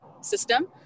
system